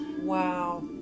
Wow